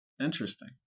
interesting